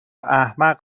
احمق